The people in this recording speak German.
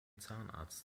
zahnarzt